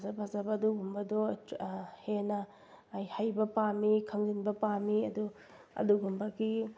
ꯐꯖ ꯐꯖꯕ ꯑꯗꯨꯒꯨꯝꯕꯗꯣ ꯍꯦꯟꯅ ꯍꯩꯕ ꯄꯥꯝꯏ ꯈꯪꯅꯤꯡꯕ ꯄꯥꯝꯏ ꯑꯗꯣ ꯑꯗꯨꯒꯨꯝꯕꯒꯤ